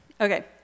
Okay